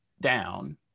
down